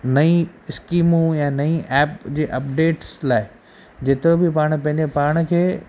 नईं स्कीमूं या नईं एप जे अपडेट्स लाइ जेतिरो बि पाणि पंहिंजे पाण खे